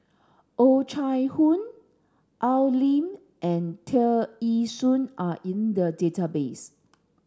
Oh Chai Hoo Al Lim and Tear Ee Soon are in the database